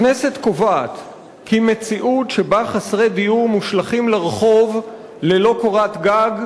הכנסת קובעת כי מציאות שבה חסרי דיור מושלכים לרחוב ללא קורת גג,